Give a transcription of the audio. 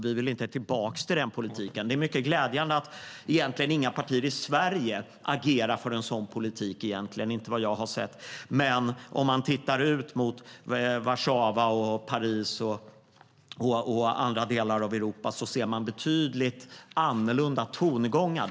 Vi vill inte tillbaka till den politiken. Det är mycket glädjande att inga partier i Sverige agerar för en sådan politik - inte vad jag har sett - men i Warszawa, Paris och andra delar av Europa hör man annorlunda tongångar.